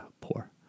poor